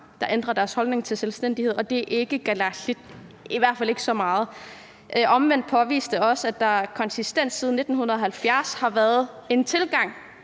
der ændrer deres holdning til selvstændighed, og det er ikke Kalaallit – i hvert fald ikke så meget. Omvendt påviste undersøgelsen også, at der siden 1970 har været en tilgang,